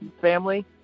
Family